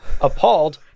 Appalled